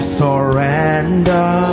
surrender